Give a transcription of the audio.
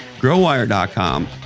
GrowWire.com